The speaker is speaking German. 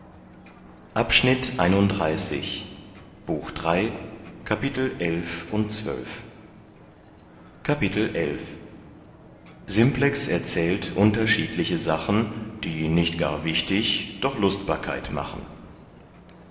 simplex erzählt unterschiedliche sachen die nicht gar wichtig doch lustbarkeit machen